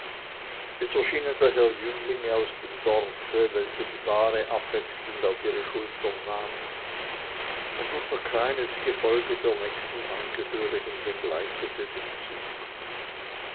es erschienen daher jünglinge aus dem dorfe welche die bahre abwechselnd auf ihre schultern nahmen und unser kleines gefolge der nächsten angehörigen begleitete den zug